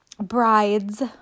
brides